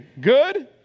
Good